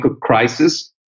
crisis